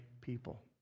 people